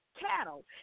cattle